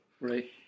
Right